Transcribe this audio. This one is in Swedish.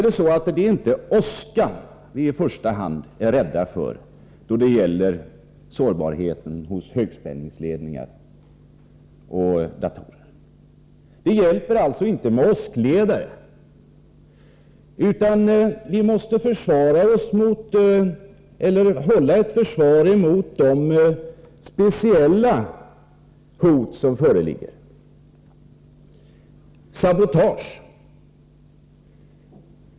Det är inte åska som vi i första hand är rädda för då det gäller sårbarheten hos bl.a. högspänningsledningar och datorer. Det hjälper alltså inte med åskledare. Vi måste hålla ett försvar mot de speciella hot som föreligger, inte minst sabotage.